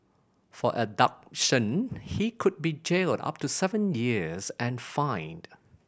for abduction he could be jailed up to seven years and fined